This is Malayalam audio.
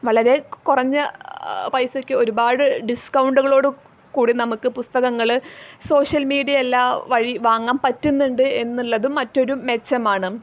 വളരെ കുറഞ്ഞ പൈസയ്ക്ക് ഒരുപാട് ഡിസ്കൗണ്ടുകളോട് കൂടി നമ്മൾക്ക് പുസ്തകങ്ങൾ സോഷ്യൽ മീഡിയ എല്ലാ വഴി വാങ്ങാൻ പറ്റുന്നുണ്ട് എന്നുള്ളതും മറ്റൊരു മെച്ചമാണ്